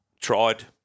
tried